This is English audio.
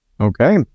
Okay